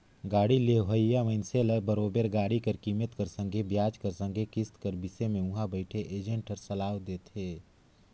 गाड़ी लेहोइया मइनसे ल बरोबेर गाड़ी कर कीमेत कर संघे बियाज कर संघे किस्त कर बिसे में उहां बइथे एजेंट हर सलाव देथे